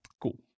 Cool